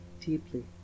deeply